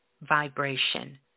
vibration